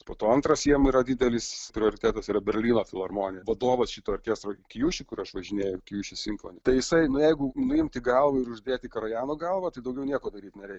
po to antras jiem yra didelis prioritetas yra berlyno filharmonija vadovas šito orkestro kijuši kur aš važinėju kijuši simfoni tai jisai nu jeigu nuimti galvą ir uždėti karajano galvą tai daugiau nieko daryt nereikia